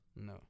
No